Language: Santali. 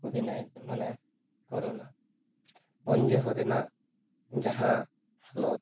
ᱚᱫᱷᱤᱱᱟᱭᱚᱠ ᱢᱟᱱᱮ ᱠᱳᱨᱳᱱᱟ ᱩᱱ ᱡᱚᱦᱚᱜ ᱨᱮᱱᱟᱜ ᱡᱟᱦᱟᱸ ᱦᱟᱞᱚᱛ